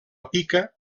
pica